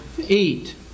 eat